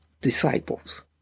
disciples